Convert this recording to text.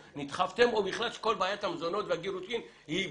נדחפתם או בכלל שכל בעיית המזונות והגירושין היא בעיה?